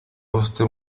usted